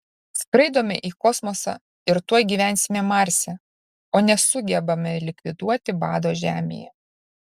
skraidome į kosmosą ir tuoj gyvensime marse o nesugebame likviduoti bado žemėje